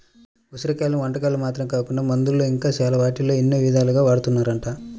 ఉసిరి కాయలను వంటకాల్లో మాత్రమే కాకుండా మందుల్లో ఇంకా చాలా వాటిల్లో ఎన్నో ఇదాలుగా వాడతన్నారంట